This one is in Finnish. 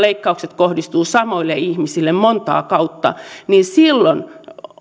leikkaukset kohdistuvat samoille ihmisille montaa kautta niin silloin